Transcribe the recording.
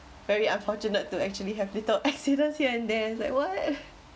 very unfortunate to actually have little accidents here and there it's like what